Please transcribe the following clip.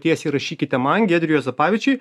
tiesiai rašykite man giedrių juozapavičiui